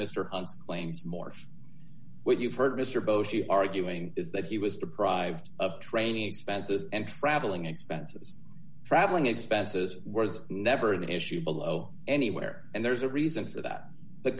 mr claims more what you've heard mr bo's you arguing is that he was deprived of training expenses and travelling expenses travelling expenses were never an issue below anywhere and there's a reason for that the